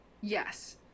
yes